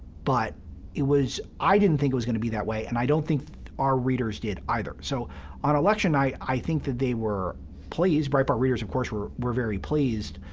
but it was i didn't think it was going to be that way, and i don't think our readers did either. so on election night, i think that they were pleased. breitbart readers, of course, were were very pleased,